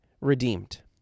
redeemed